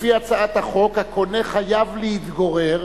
לפי הצעת החוק הקונה חייב להתגורר,